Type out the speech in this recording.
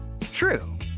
True